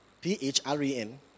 P-H-R-E-N